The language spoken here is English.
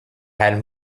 had